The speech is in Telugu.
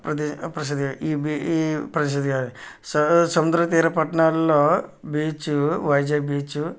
ప్రసి ప్రసి ఈ ప్రసిద్ధి గాంచినవి సం సముద్ర తీర పట్టణాలలో బీచ్ వైజాగ్ బీచ్